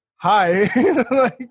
Hi